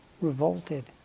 Revolted